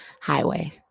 highway